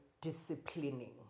disciplining